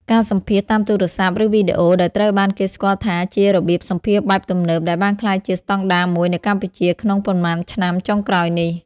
ការសម្ភាសន៍តាមទូរស័ព្ទ ឬវីដេអូ ដែលត្រូវបានគេស្គាល់ថាជារបៀបសម្ភាសន៍បែបទំនើបដែលបានក្លាយជាស្តង់ដារមួយនៅកម្ពុជាក្នុងប៉ុន្មានឆ្នាំចុងក្រោយនេះ។